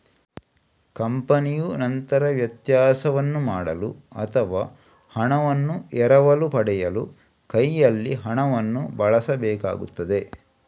ಕಂಪನಿಯು ನಂತರ ವ್ಯತ್ಯಾಸವನ್ನು ಮಾಡಲು ಅಥವಾ ಹಣವನ್ನು ಎರವಲು ಪಡೆಯಲು ಕೈಯಲ್ಲಿ ಹಣವನ್ನು ಬಳಸಬೇಕಾಗುತ್ತದೆ